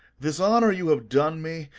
this honor you have done me,